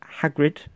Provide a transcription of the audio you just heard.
Hagrid